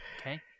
Okay